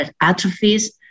atrophies